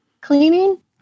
cleaning